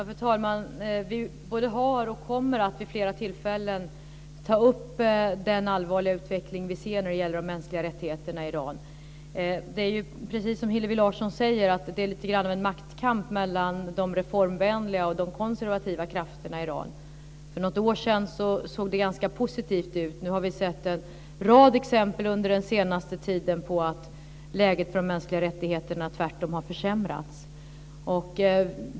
Fru talman! Vi både har och kommer att vid flera tillfällen ta upp den allvarliga utveckling vi ser när det gäller de mänskliga rättigheterna i Iran. Precis som Hillevi Larsson säger pågår lite grann av en maktkamp mellan de reformvänliga och de konservativa krafterna i Iran. För något år sedan såg det ganska positivt ut, men nu har vi sett en rad exempel under den senaste tiden på att läget för de mänskliga rättigheterna tvärtom har försämrats.